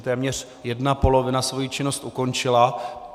Tedy téměř jedna polovina svoji činnost ukončila.